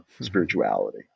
spirituality